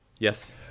Yes